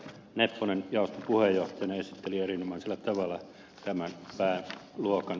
nepponen jaoston puheenjohtajana esitteli erinomaisella tavalla tämän pääluokan